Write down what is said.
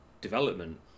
development